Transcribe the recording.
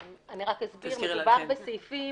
אני רק אסביר שמדובר בסעיפים,